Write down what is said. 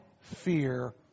fear